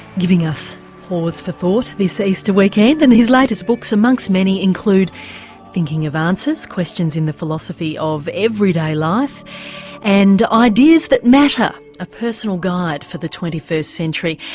giving us pause for thought this easter weekend and his latest books amongst many include thinking of answers questions in the philosophy of everyday life and ideas that matter a personal guide for the twenty first century.